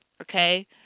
Okay